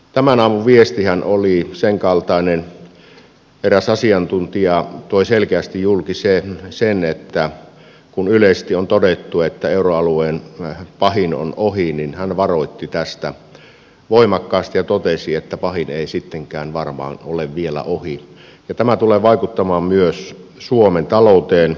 tämän aamun viestihän oli sen kaltainen eräs asiantuntija toi selkeästi julki sen että kun yleisesti on todettu että euroalueen pahin on ohi niin hän varoitti tästä voimakkaasti pahin ei sittenkään varmaan ole vielä ohi ja tämä tulee vaikuttamaan myös suomen talouteen